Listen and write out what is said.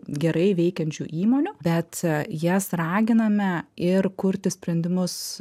gerai veikiančių įmonių bet jas raginame ir kurti sprendimus